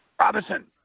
Robinson